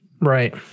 Right